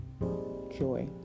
joy